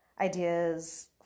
Ideas